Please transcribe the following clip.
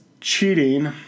cheating